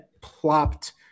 plopped